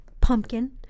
pumpkin